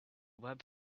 web